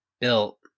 built